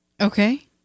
Okay